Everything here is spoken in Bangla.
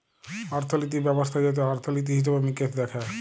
অর্থলিতি ব্যবস্থা যাতে অর্থলিতি, হিসেবে মিকেশ দ্যাখে